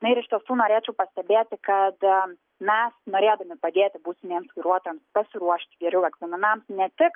na ir iš tiesų norėčiau pastebėti kad mes norėdami padėti būsimiems vairuotojams pasiruošt geriau egzaminams ne tik